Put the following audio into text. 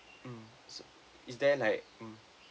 mm so is there like mm